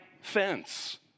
fence